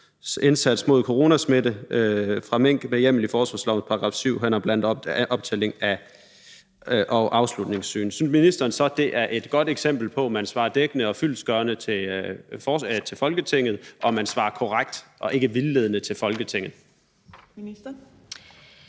indsats mod coronasmitte fra mink med hjemmel i forsvarslovens § 7, heriblandt optælling og afslutningssyn. Synes ministeren, det er et godt eksempel på, at man svarer dækkende og fyldestgørende til Folketinget, og at man svarer korrekt og ikke vildledende til Folketinget?